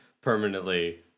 permanently